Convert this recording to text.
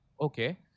okay